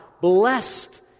blessed